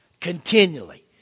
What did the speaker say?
Continually